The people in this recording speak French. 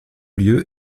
lieu